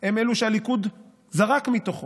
הם אלו שהליכוד זרק מתוכו.